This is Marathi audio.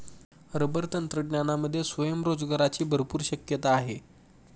रबर तंत्रज्ञानामध्ये स्वयंरोजगाराची भरपूर शक्यता आहे